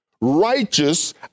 righteous